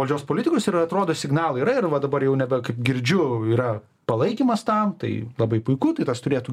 valdžios politikos ir atrodo signalai yra ir va dabar jau nebe kaip girdžiu yra palaikymas tam tai labai puiku tai kas turėtų